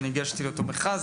היטב.